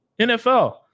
NFL